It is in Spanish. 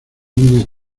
niña